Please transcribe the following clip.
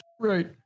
Right